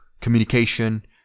communication